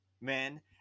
man